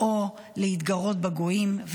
או להתגרות בגויים ---.